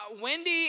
Wendy